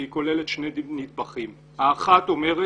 והיא כוללת שני נדבכים האחד אומר,